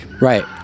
right